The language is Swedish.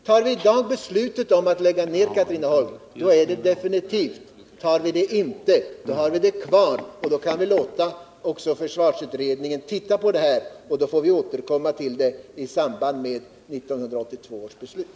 Tar vi i dag beslutet att avveckla Katrineholmsanläggningen är det definitivt; tar vi det inte har vi anläggningen kvar och kan låta försvarsutredningen titta på detta, och vi kan återkomma i samband med 1982 års beslut.